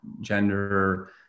gender